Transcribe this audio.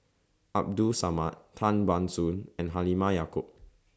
Abdul Samad Tan Ban Soon and Halimah Yacob